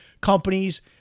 companies